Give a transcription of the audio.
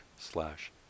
slash